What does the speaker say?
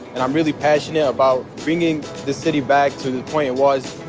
and i'm really passionate about bringing the city back to the point it was.